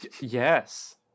yes